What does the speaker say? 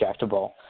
injectable